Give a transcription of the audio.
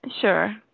sure